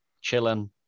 chilling